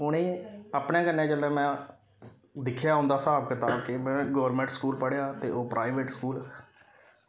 उ'नें गी अपने कन्नै जेल्लै में दिक्खेआ उं'दा स्हाब कताब कि में गौरमेंट स्कूल पढ़ेआ ते ओह् प्राईवेट स्कूल